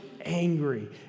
angry